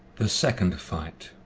the second fytte